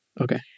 Okay